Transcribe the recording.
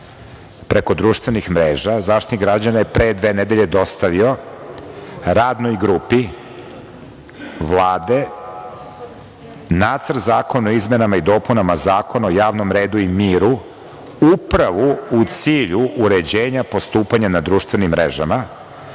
preko društvenih mreža, Zaštitnik građana je pre dve nedelje dostavio Radnoj grupi Vlade Nacrt zakona o izmenama i dopunama Zakona o javnom redu i miru, upravo u cilju uređenja postupanja na društvenim mrežama,